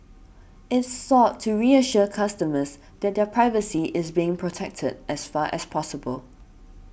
it sought to reassure customers that their privacy is being protected as far as possible